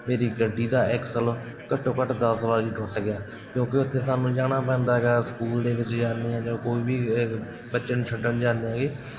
ਮੇਰੀ ਗੱਡੀ ਦਾ ਐਕਸਲ ਘੱਟੋ ਘੱਟ ਦਸ ਵਾਰੀ ਟੁੱਟ ਗਿਆ ਕਿਉਂਕਿ ਉੱਥੇ ਸਾਨੂੰ ਜਾਣਾ ਪੈਂਦਾ ਹੈਗਾ ਸਕੂਲ ਦੇ ਵਿੱਚ ਜਾਂਦੇ ਹਾਂ ਜਾਂ ਕੋਈ ਵੀ ਬੱਚਿਆ ਨੂੰ ਛੱਡਣ ਜਾਂਦੇ ਹੈਗੇ